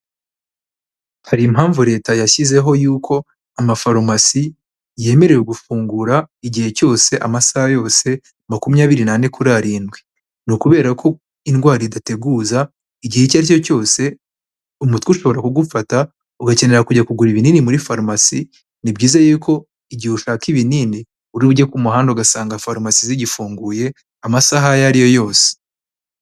Hari impamvu leta yashyizeho yuko amafarumasi yemerewe gufungura igihe cyose amasaha yose makumyabiri n'ane kuri arindwi, ni ukubera ko indwara idateguza igihe icyo ari cyo cyose umutwe ushobora kugufata ugakenera kujya kugura ibinini muri farumasi, ni byiza yuko igihe ushaka ibinini uri buge ku muhanda ugasanga farumasi zigifunguye amasaha ayo ari yo yose.